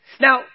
Now